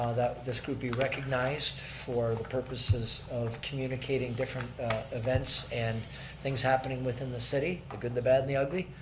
ah that this group be recognized for the purposes of communicating different events and things happening within the city, the good, the bad and the ugly.